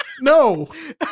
no